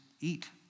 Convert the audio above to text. eat